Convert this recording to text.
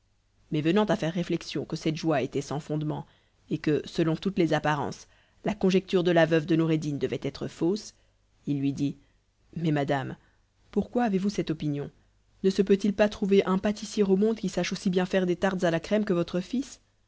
mais venant à faire réflexion que cette joie était sans fondement et que selon toutes les apparences la conjecture de la veuve de noureddin devait être fausse il lui dit mais madame pourquoi avez-vous cette opinion ne se peutil pas trouver un pâtissier au monde qui sache aussi bien faire des tartes à la crème que votre fils